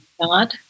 God